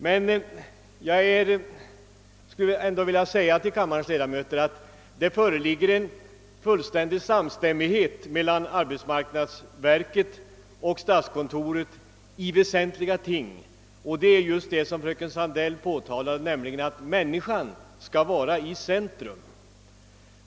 Men jag skulle ändå vilja säga till kammarens ledamöter, att det föreligger en fullständig samstämmighet mellan arbetsmarknadsverket och statskontoret i väsentliga frågor. Det gäller även det som fröken Sandell underströk, nämligen att människan skall vara i centrum.